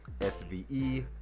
S-V-E